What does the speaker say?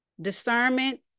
Discernment